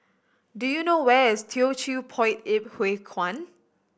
do you know where is Teochew Poit Ip Huay Kuan